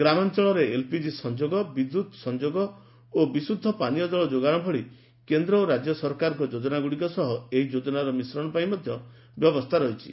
ଗ୍ରାମାଞ୍ଚଳରେ ଏଲ୍ପିଜି ସଂଯୋଗ ବିଦ୍ୟତ୍ ସଂଯୋଗ ଓ ବିଶୁଦ୍ଧ ପାନୀୟ ଜଳ ଯୋଗାଣ ଭଳି କେନ୍ଦ୍ ଓ ରାଜ୍ୟ ସରକାରଙ୍କର ଯୋଜନାଗୁଡ଼ିକ ସହ ଏହି ଯୋଜନାର ମିଶ୍ରଣ ପାଇଁ ମଧ୍ଧ ବ୍ୟବସ୍ରା ରହିଛି